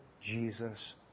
Jesus